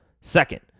Second